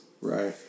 Right